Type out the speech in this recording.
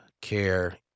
care